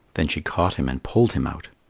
then she caught him and pulled him out.